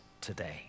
today